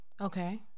Okay